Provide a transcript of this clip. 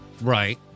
right